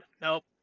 Nope